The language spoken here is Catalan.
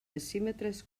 decímetres